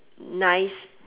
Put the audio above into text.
nice